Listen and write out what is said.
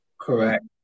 Correct